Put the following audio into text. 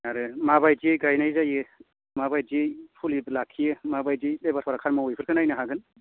आरो माबायदियै गायनाय जायो माबायदियै फुलिखौ लाखियो माबायदि लेबारफ्रा खामानि मावो बेफोरखौ नायनो हागोन